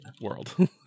world